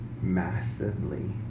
massively